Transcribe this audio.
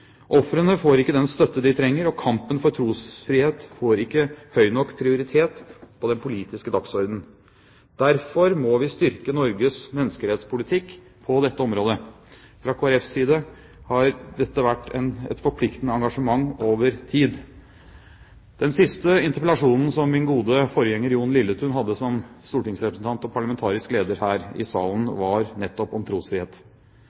Ofrene får ikke den støtte de trenger, og kampen for trosfrihet får ikke høy nok prioritet på den politiske dagsordenen. Derfor må vi styrke Norges menneskerettspolitikk på dette området. Fra Kristelig Folkepartis side har dette vært et forpliktende engasjement over tid. Den siste interpellasjonen som min gode forgjenger som stortingsrepresentant og parlamentarisk leder Jon Lilletun hadde her i salen, var nettopp om trosfrihet.